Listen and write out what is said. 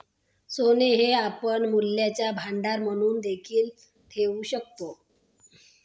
सोने हे आपण मूल्यांचे भांडार म्हणून देखील ठेवू शकतो